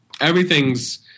everything's